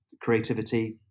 creativity